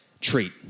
treat